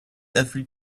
every